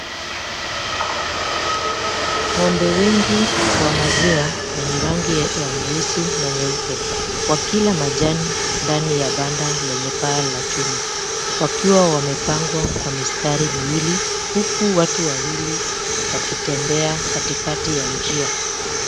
Ng'ombe wengi wa maziwa wenye rangi ya nyeusi na nyeupe wakila majani ndani ya banda yenye paa la chuma ,wakiwa wamepangwa kwa mistari miwili huku watu wawili wakitembea katikati ya njia.